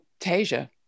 tasia